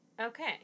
okay